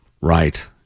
right